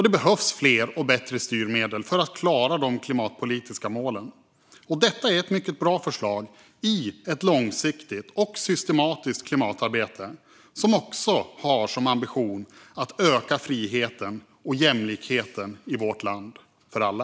Det behövs fler och bättre styrmedel för att klara de klimatpolitiska målen. Detta är ett mycket bra förslag i ett långsiktigt och systematiskt klimatarbete som också har som ambition att öka friheten och jämlikheten i vårt land för alla.